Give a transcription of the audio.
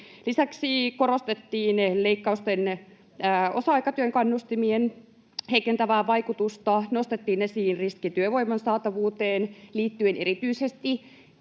Lisäksi korostettiin leikkausten osa-aikatyön kannustimien heikentävää vaikutusta, nostettiin esiin riski työvoiman saatavuuteen liittyen erityisesti